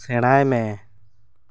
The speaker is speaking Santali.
ᱥᱮᱬᱟᱭ ᱢᱮ